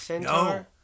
No